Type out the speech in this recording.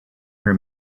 her